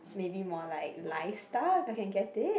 maybe more like live stuff if I can get it